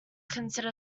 consider